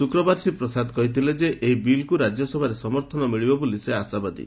ଶୁକ୍ରବାର ଶ୍ରୀ ପ୍ରସାଦ କହିଥିଲେ ଯେ ଏହି ବିଲ୍କୁ ରାକ୍ୟସଭାରେ ସମର୍ଥନ ମିଳିବ ବୋଲି ସେ ଆଶାବାଦୀ